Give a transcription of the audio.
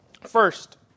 First